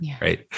right